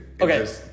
Okay